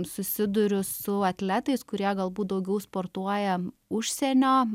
susiduriu su atletais kurie galbūt daugiau sportuoja užsienio